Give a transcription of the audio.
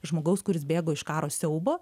žmogaus kuris bėgo iš karo siaubo